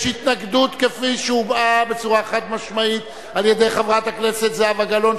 יש התנגדות כפי שהובעה בצורה חד-משמעית על-ידי חברת הכנסת זהבה גלאון,